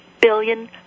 billion